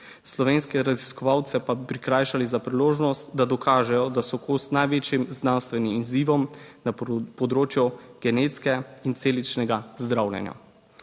slovenske raziskovalce pa bi prikrajšali za priložnost, da dokažejo, da so kos največjim znanstvenim izzivom na področju genetske in celičnega zdravljenja.